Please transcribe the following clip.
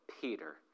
Peter